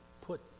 put